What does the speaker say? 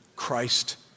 Christ